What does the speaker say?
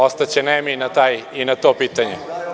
Ostaće nemi i na to pitanje.